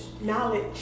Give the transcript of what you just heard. Knowledge